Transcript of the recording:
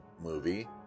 movie